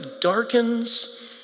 darkens